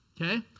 okay